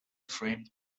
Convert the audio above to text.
framed